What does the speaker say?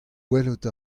welet